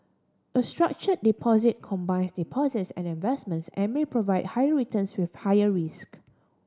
a structure deposit combines deposits and investments and may provide higher returns with higher risk